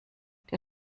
der